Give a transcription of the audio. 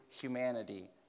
humanity